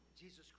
Jesus